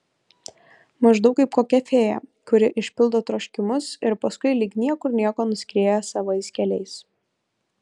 maždaug kaip kokia fėja kuri išpildo troškimus ir paskui lyg niekur nieko nuskrieja savais keliais